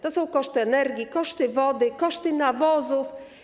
To są koszty energii, koszty wody, koszty nawozów.